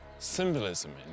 symbolism